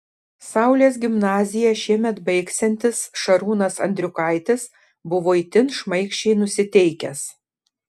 saulės gimnaziją šiemet baigsiantis šarūnas andriukaitis buvo itin šmaikščiai nusiteikęs